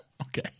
Okay